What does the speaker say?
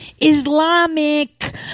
Islamic